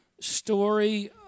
story